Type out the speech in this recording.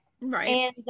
right